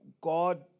god